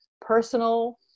personal